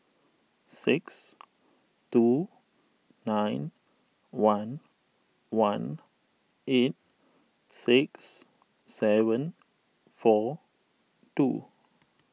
six two nine one one eight six seven four two